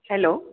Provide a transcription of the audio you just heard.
hello